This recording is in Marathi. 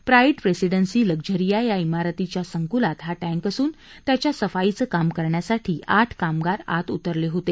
प्राइड प्रेसिङन्सी लग्झरिया या इमारतीच्या संकुलात हा टैंक असून त्याच्या सफाईचं काम करण्यासाठी आठ कामगार आत उतरले होते